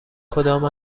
کدام